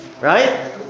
Right